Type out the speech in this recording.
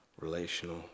relational